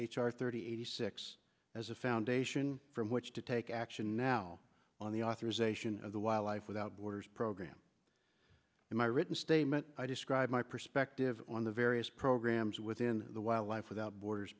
r thirty eighty six as a foundation from which to take action now on the authorization of the wildlife without borders program in my written state i described my perspective on the various programs within the wildlife without borders